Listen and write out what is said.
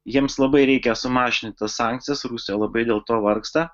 jiems labai reikia sumažinti sankcijas rusija labai dėl to vargsta